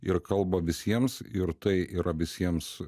ir kalba visiems ir tai yra visiems